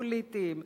פוליטיים,